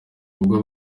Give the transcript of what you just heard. ubwo